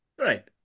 right